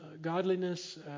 godliness